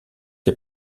les